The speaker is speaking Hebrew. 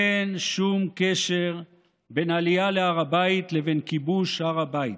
אין שום קשר בין העלייה להר הבית לבין כיבוש הר הבית.